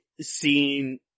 seeing